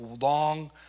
long